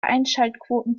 einschaltquoten